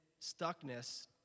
stuckness